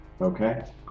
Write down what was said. okay